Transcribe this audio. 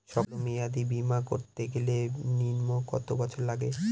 সল্প মেয়াদী বীমা করতে গেলে নিম্ন কত বছর লাগে?